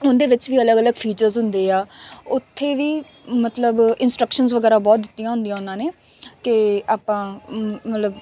ਉਹਦੇ ਵਿੱਚ ਵੀ ਅਲੱਗ ਅਲੱਗ ਫੀਚਰਸ ਹੁੰਦੇ ਆ ਉੱਥੇ ਵੀ ਮਤਲਬ ਇੰਸਟਰਕਸ਼ਨ ਵਗੈਰਾ ਬਹੁਤ ਦਿੱਤੀਆਂ ਹੁੰਦੀਆਂ ਉਹਨਾਂ ਨੇ ਕਿ ਆਪਾਂ ਮਤਲਬ